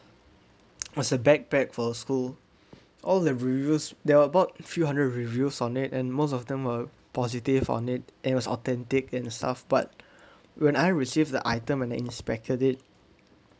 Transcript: was a backpack for school all the reviews there are about few hundred reviews on it and most of them are positive on it and it was authentic and stuff but when I received the item and the inspected it